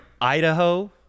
Idaho